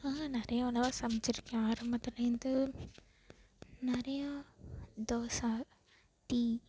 நான் நிறைய உணவை சமைச்சிருக்கேன் ஆரம்பத்திலேருந்து நிறையா தோசை டீ